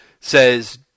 says